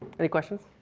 any questions?